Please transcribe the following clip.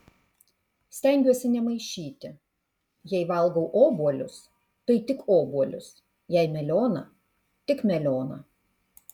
stengiuosi nemaišyti jei valgau obuolius tai tik obuolius jei melioną tik melioną